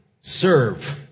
serve